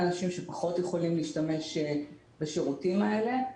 אנשים שפחות יכולים להשתמש בשירותים האלה,